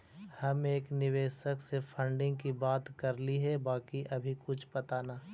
हम एक निवेशक से फंडिंग की बात करली हे बाकी अभी कुछ पता न